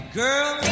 girl